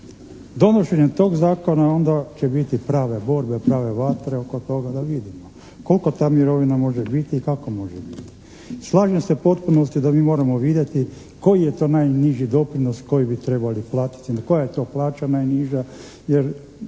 donošenjem tog zakona onda će biti prave borbe, prave vatre oko toga. Da vidimo koliko ta mirovina može biti i kako može biti. Slažem se u potpunosti da mi moramo vidjeti koji je to najniži doprinos koji bi trebali platiti, koja je to plaća najniža jer